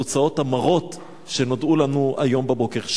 והתוצאות המרות נודעו לנו היום בבוקר.